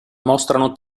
mostrano